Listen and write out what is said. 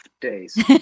days